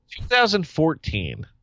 2014